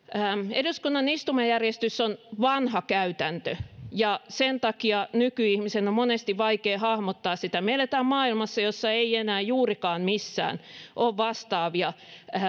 eduskunnan istumajärjestys on vanha käytäntö ja sen takia nykyihmisen on monesti vaikea hahmottaa sitä me elämme maailmassa jossa ei enää juurikaan missään ole vastaavia